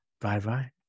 bye-bye